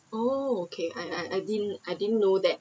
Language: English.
oh okay I I I I didn’t I didn’t know that